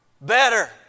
better